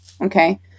okay